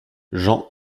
jean